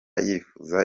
yifuza